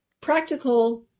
practical